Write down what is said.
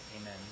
amen